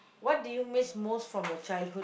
what do you miss most from your childhood